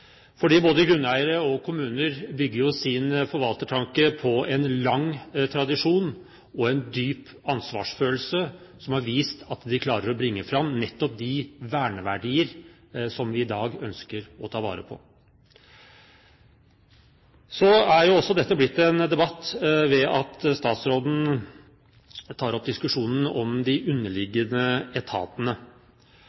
fordi både grunneiere og kommuner jo bygger sin forvaltertanke på en lang tradisjon og en dyp ansvarsfølelse som har vist at de klarer å bringe fram nettopp de verneverdier som vi i dag ønsker å ta vare på. Så er jo også dette blitt en debatt ved at statsråden tar opp diskusjonen om de